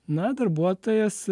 na darbuotojas